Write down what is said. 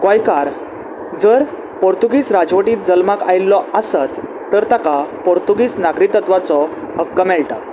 गोंयकार जर पोर्तुगीज राजवटीत जल्माक आयिल्लो आसत तर ताका पोर्तुगीज नागरी तत्वाचो हक्क मेळटा